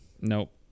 nope